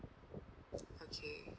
okay